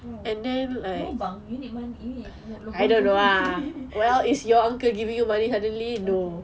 oh lubang you need money you need lubang for what okay